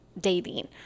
dating